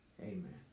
Amen